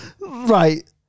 right